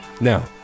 Now